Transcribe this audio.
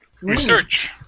Research